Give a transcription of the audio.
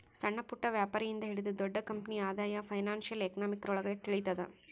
ಸಣ್ಣಪುಟ್ಟ ವ್ಯಾಪಾರಿ ಇಂದ ಹಿಡಿದು ದೊಡ್ಡ ಕಂಪನಿ ಆದಾಯ ಫೈನಾನ್ಶಿಯಲ್ ಎಕನಾಮಿಕ್ರೊಳಗ ತಿಳಿತದ